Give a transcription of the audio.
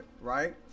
Right